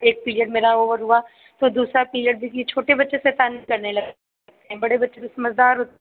एक पीरियड में ओवर हुआ तो दूसरा पीरियड बिजी छोटे बच्चे शैतानी करने लगते हें बड़े बच्चे तो समझदार हो